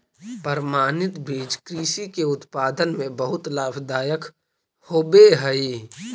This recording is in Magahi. प्रमाणित बीज कृषि के उत्पादन में बहुत लाभदायक होवे हई